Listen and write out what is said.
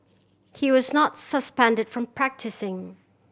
he was not suspended from practising